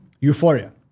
euphoria